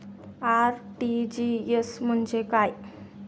RTGS म्हणजे काय?